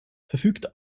verfügt